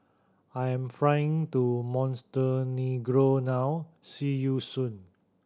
I am flying to Montenegro now see you soon